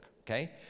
okay